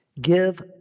give